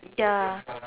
ya